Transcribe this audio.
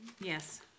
Yes